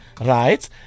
right